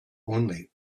only